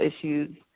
issues